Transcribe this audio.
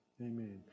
Amen